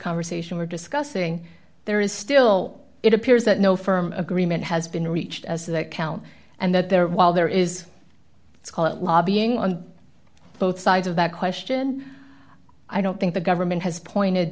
conversation we're discussing there is still it appears that no firm agreement has been reached as that count and that there while there is let's call it lobbying on both sides of that question i don't think the government has pointed